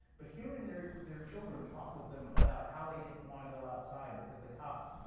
but hearing their their children talk with them about how they didn't wanna go outside because the cops,